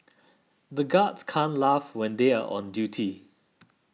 the guards can't laugh when they are on duty